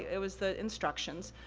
it was the instructions.